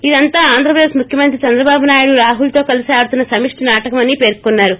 ఇదంతా ఆంధ్రప్రదేశ్ ముఖ్యమంత్రి చంద్రబాబు నాయుడు రాహుల్తో కలిసి ఆడుతున్న సమిష్లి నాటకమని పేర్కొన్నారు